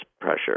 pressure